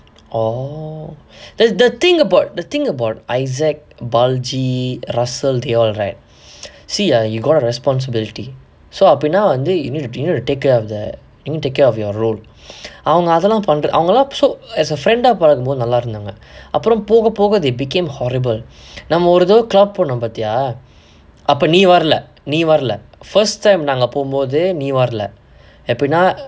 orh the the thing about the thing about isaac balaji russel they all right see ah you got responsibility so அப்டினா வந்து:apdinaa vanthu you need to take care of the you need to care of your role அவங்க அதெல்லாம் பண்ற அவங்கெல்லாம்:avanga athellaam padnra avangellaam so as a friend ah பழகும்மோது நல்லா இருந்தாங்க அப்புறம் போக போக:palagumothu nallaa irunthaanga appuram poga poga they became horrible நம்ம ஒரு தடவ:namma oru thadava club போனோம் பாத்தியா அப்ப நீ வரல நீ வரல:ponom paathiyaa appa nee varala nee varala first time நாங்க போம்மோது நீ வரல எப்படின்னா:pommothu nee varala eppadinaa